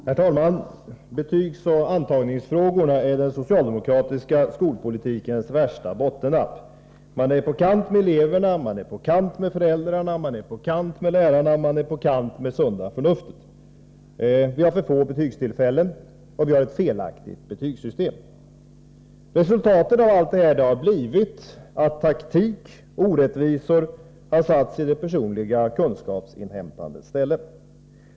Herr talman! Betygsoch antagningsfrågorna är den socialdemokratiska skolpolitikens värsta bottennapp. Man är på kant med eleverna. Man är på kant med föräldrarna. Man är på kant med lärarna. Och man är på kant med sunda förnuftet. Vi har för få betygstillfällen, och vi har ett felaktigt betygssystem. Resultatet har blivit att taktik och orättvisor har satts i det personliga kunskapsinhämtandets ställe.